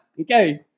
Okay